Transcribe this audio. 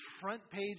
front-page